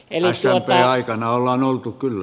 smpn aikana ollaan oltu kyllä